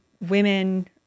women